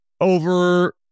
over